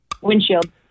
Windshield